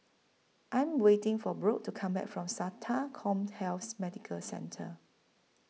I Am waiting For Brock to Come Back from Sata Commhealth Medical Centre